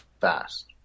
fast